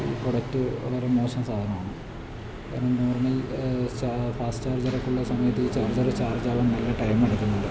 product വളരെ മോശം സാധനമാണ് ഇപ്പോൾ നോർമൽ ഫാസ്റ്റ് ചാർജറൊക്കെ ഇള്ള സമയത്ത് ഈ ചാർജറ് ചാർജാവാൻ തന്നെ നല്ല ടൈമെടുക്കുന്നുണ്ട്